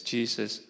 Jesus